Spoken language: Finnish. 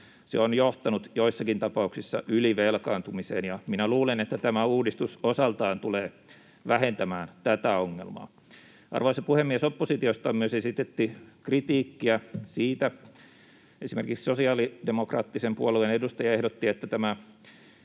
se on johtanut joissakin tapauksissa ylivelkaantumiseen. Luulen, että tämä uudistus osaltaan tulee vähentämään tätä ongelmaa. Arvoisa puhemies! Oppositiosta myös esitettiin kritiikkiä, esimerkiksi sosiaalidemokraattisen puolueen edustaja ehdotti, että tämä